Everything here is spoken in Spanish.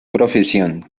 profesión